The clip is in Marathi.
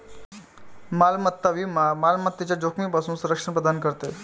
मालमत्ता विमा मालमत्तेच्या जोखमीपासून संरक्षण प्रदान करते